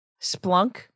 splunk